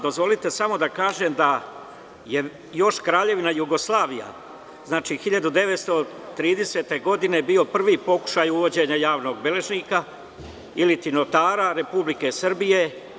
Dozvolite samo da kažem da je još Kraljevina Jugoslavija, znači 1930. godine bio je prvi pokušaj uvođenja javnog beležnika ili ti notara Republike Srbije.